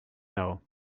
know